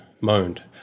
moaned